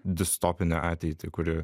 distopinę ateitį kuri